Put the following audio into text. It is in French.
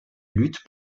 lutte